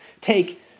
Take